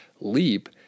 Leap